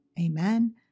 Amen